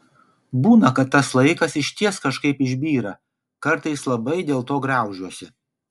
būna kad tas laikas išties kažkaip išbyra kartais labai dėlto graužiuosi